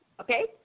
Okay